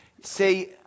See